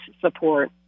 support